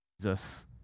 Jesus